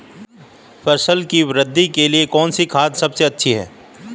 फसल की वृद्धि के लिए कौनसी खाद सबसे अच्छी है?